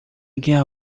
guerra